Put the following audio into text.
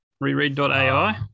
reread.ai